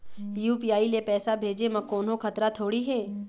UPI ले पैसे भेजे म कोन्हो खतरा थोड़ी हे?